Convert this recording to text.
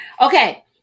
Okay